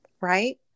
right